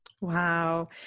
Wow